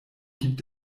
gibt